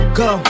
go